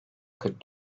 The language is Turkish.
kırk